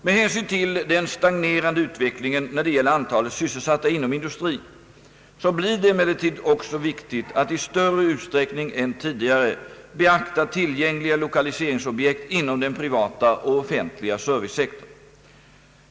Med hänsyn till den stagnerande utvecklingen när det gäller antalet sysselsatta inom industrin blir det emellertid också viktigt att i större utsträckning än tidigare beakta tillgängliga lokaliseringsobjekt inom den privata och offentliga servicesektorn.